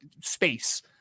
space